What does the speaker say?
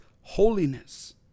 holiness